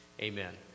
Amen